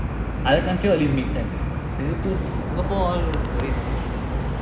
other country all these makes sense singapore ah no need lah ah